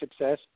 success